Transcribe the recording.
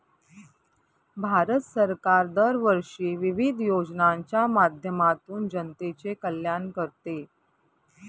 भारत सरकार दरवर्षी विविध योजनांच्या माध्यमातून जनतेचे कल्याण करते